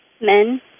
men